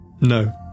No